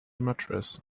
mattress